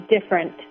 different